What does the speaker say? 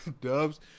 Dubs